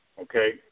Okay